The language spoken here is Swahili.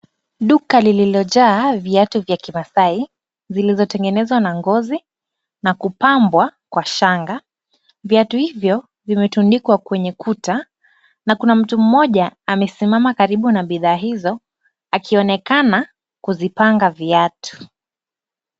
Duka lililojaa viatu vya kimaasai, vilivyotengenezwa na ngozi na kupambwa kwa shanga. Viatu hivyo vimetundikwa kwenye kuta, na kuna mtu mmoja amesimama karibu na bidhaa hizo akionekana kuzipanga viatu.